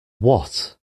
what